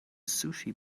sushi